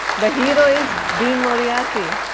the hero is dean moriarty.